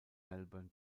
melbourne